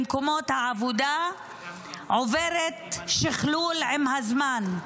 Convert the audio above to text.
ההפליה במקומות העבודה עוברת שכלול עם הזמן.